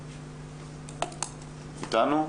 את איתנו?